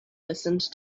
listened